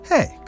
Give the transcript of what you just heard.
Hey